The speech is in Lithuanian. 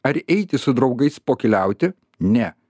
ar eiti su draugais pokyliauti ne